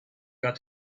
got